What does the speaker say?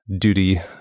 duty